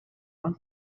old